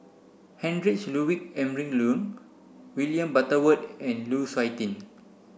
Heinrich Ludwig Emil William Butterworth and Lu Suitin